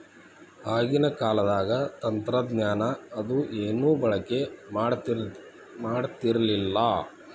ಆಗಿನ ಕಾಲದಾಗ ತಂತ್ರಜ್ಞಾನ ಅದು ಏನು ಬಳಕೆ ಮಾಡತಿರ್ಲಿಲ್ಲಾ